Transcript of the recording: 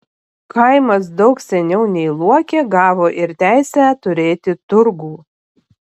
kaimas daug seniau nei luokė gavo ir teisę turėti turgų